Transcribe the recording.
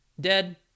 Dead